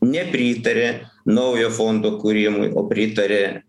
nepritarė naujo fondo kūrimui o pritarė